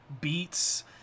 beats